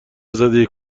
زاده